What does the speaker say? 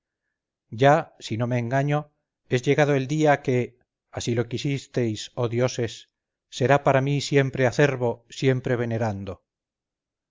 ya si no me engaño es llegado el día que así lo quisisteis oh dioses será para mí siempre acerbo siempre venerando